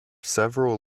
several